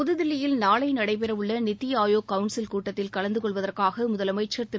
புதுதில்லியில் நாளை நடைபெறவுள்ள நித்தி ஆயோக் கவுள்சில் கூட்டத்தில் கலந்து கொள்வதற்காக தமிழக முதலமைச்சர் திரு